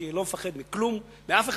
כי אני לא מפחד מכלום, מאף אחד,